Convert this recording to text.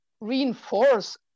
reinforce